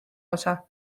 osa